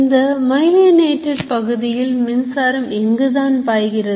இந்தMyelinated பகுதியில் மின்சாரம் எங்குதான் பாய்கிறது